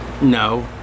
no